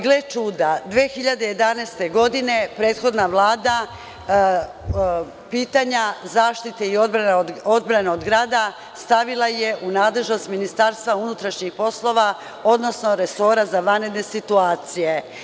Gle čuda, 2011. godine prethodna Vlada pitanja i zaštite odbrane od grada stavila je u nadležnost MUP-a, odnosno resora za vanredne situacije.